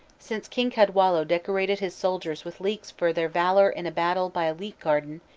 since king cadwallo decorated his soldiers with leeks for their valor in a battle by a leek-garden,